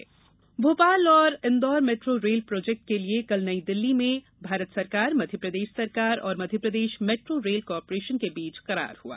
metro project Bhopal और Indore metro rail project के लिए कल नई दिल्ली में भारत सरकार मध्यप्रदेश सरकार और मध्यप्रदेश मेट्रो रेल कार्पोरेशन के बीच करार हुआ